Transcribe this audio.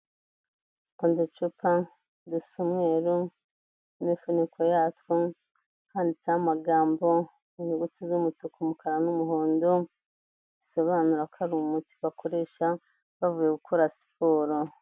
Uducupa dusa umweru imifuniko yatwo handitseho amagambo mu nyuguti z'umutuku, umukara n'umuhondo, bisobanura ko ari umuti bakoresha bavuye gukora siporo.